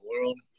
world